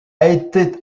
été